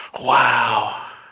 Wow